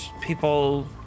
people